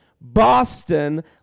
Boston